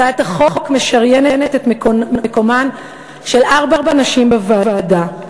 הצעת החוק משריינת את מקומן של ארבע נשים בוועדה: